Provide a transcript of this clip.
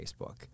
Facebook